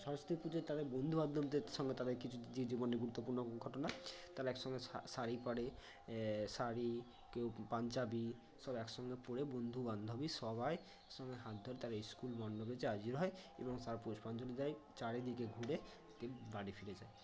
সরস্বতী পুজোয় তাদের বন্ধুবান্ধবদের সঙ্গে তাদের কিছু জীবনের গুরুত্বপূর্ণ ঘটনা তারা একসঙ্গে শাড়ি পরে শাড়ি কেউ পাঞ্জাবি সব একসঙ্গে পরে বন্ধু বান্ধবী সবাই একসঙ্গে হাত ধরে তারা স্কুল মণ্ডপে যায় হাজির হয় এবং স্যার পুষ্পাঞ্জলি দেয় চারিদিকে ঘুরে দিয়ে বাড়ি ফিরে যায়